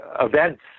events